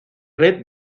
red